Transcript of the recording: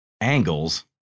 Angles